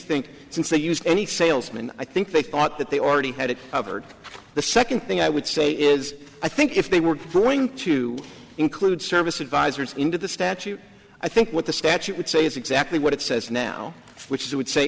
think since they used any salesman i think they thought that they already had it covered the second thing i would say is i think if they were going to include service advisors into the statute i think what the statute would say is exactly what it says now which is i would say